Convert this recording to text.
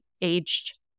aged